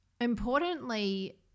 importantly